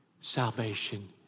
salvation